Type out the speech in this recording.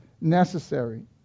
necessary